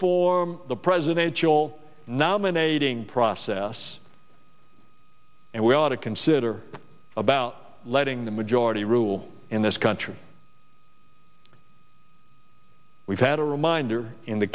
form the presidential nominating process and we ought to consider about letting the majority rule in this country we've had a reminder in